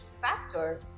factor